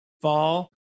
fall